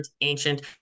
ancient